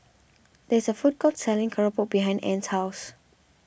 there's a food court selling Keropok Behind Ann's house